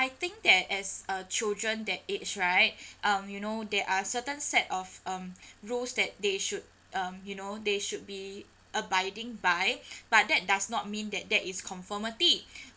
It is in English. I think that as uh children their age right um you know there are certain set of um rules that they should um you know they should be abiding by but that does not mean that that is conformity